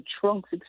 trunks